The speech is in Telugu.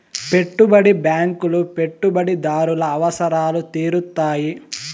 పెట్టుబడి బ్యాంకులు పెట్టుబడిదారుల అవసరాలు తీరుత్తాయి